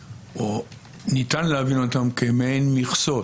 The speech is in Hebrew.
שניתן להבין אותם כמעין מכסות: